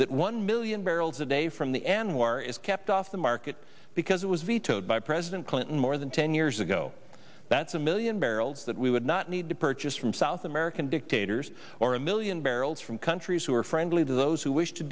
that one million barrels a day from the anwar is kept off the market because it was vetoed by president clinton more than ten years ago that's a million barrels that we would not need to purchase from south american dictators or a million barrels from countries who are friendly to those who wish to